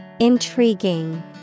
Intriguing